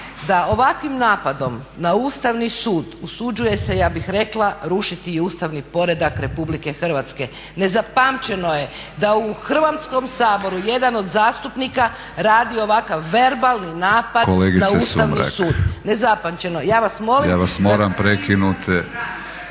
da ovakvim napadom na Ustavni sud usuđuje se ja bih rekla rušiti i ustavni poredak Republike Hrvatske. Nezapamćeno je da u Hrvatskom saboru jedan od zastupnika radi ovakav verbalni napad na Ustavni sud. Nezapamćeno. Ja vas molim … **Batinić,